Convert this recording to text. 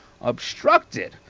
obstructed